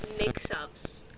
mix-ups